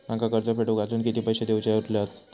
माका कर्ज फेडूक आजुन किती पैशे देऊचे उरले हत?